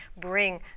bring